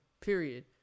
period